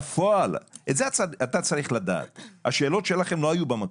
בפועל את זה אתה צריך לדעת השאלות שלכם לא היו במקום.